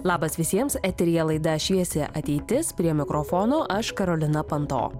labas visiems eteryje laida šviesi ateitis prie mikrofono aš karolina panto